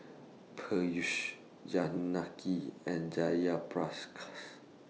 Peyush Janaki and Jayaprakash